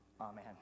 Amen